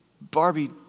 Barbie